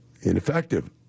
ineffective